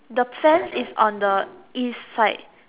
the sands is on the East side